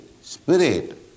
spirit